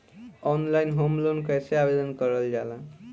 Online home loan कैसे आवेदन करल जा ला?